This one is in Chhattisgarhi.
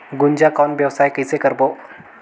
गुनजा कौन व्यवसाय कइसे करबो?